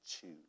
choose